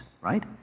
right